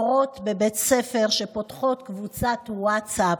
מורות בבית ספר שפותחות קבוצת ווטסאפ,